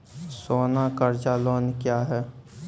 सोना कर्ज लोन क्या हैं?